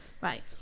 Right